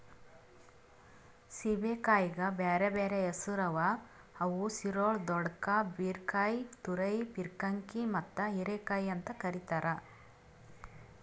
ಸೇಬೆಕಾಯಿಗ್ ಬ್ಯಾರೆ ಬ್ಯಾರೆ ಹೆಸುರ್ ಅವಾ ಅವು ಸಿರೊಳ್, ದೊಡ್ಕಾ, ಬೀರಕಾಯಿ, ತುರೈ, ಪೀರ್ಕಂಕಿ ಮತ್ತ ಹೀರೆಕಾಯಿ ಅಂತ್ ಕರಿತಾರ್